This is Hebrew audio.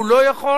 הוא לא יכול?